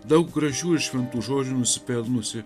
daug gražių ir šventų žodžių nusipelnusi